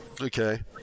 Okay